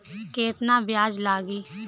केतना ब्याज लागी?